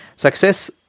Success